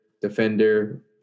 Defender